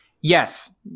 Yes